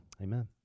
Amen